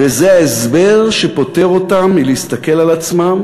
וזה ההסבר שפוטר אותם מלהסתכל על עצמם